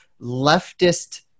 leftist